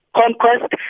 conquest